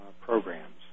programs